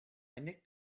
nicked